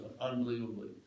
unbelievably